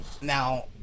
Now